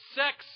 sex